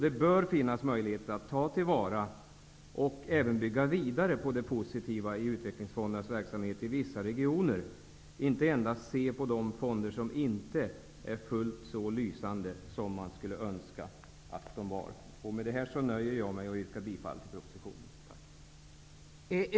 Det bör finnas möjligheter att ta till vara och att även bygga vidare på det positiva i utvecklingsfondernas verksamhet i vissa regioner. Man kan inte endast se till de fonder som inte är fullt så lysande verksamheter som man skulle önska att de var. Med detta nöjer jag mig alltså med att yrka bifall till utskottets hemställan. Av utskottsbetänkandet framgick att ändringarna önskades genomförda genom ett beslut.